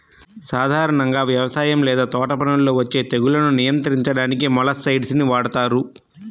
సాధారణంగా వ్యవసాయం లేదా తోటపనుల్లో వచ్చే తెగుళ్లను నియంత్రించడానికి మొలస్సైడ్స్ ని వాడుతారు